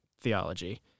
theology